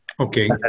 Okay